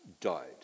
died